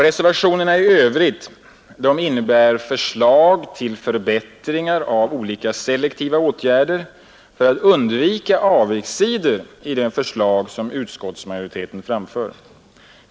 Reservationerna i övrigt innebär förslag till förbättringar av olika selektiva åtgärder för att undvika avigsidor i de förslag som utskottsmajoriteten framför.